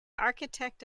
architect